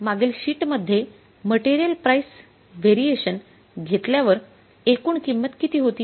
मागील शीटमध्ये material price variation घेतल्यावर एकूण किंमत किती होती